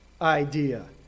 idea